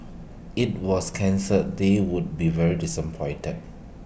if was cancelled they would be very disappointed